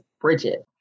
Bridget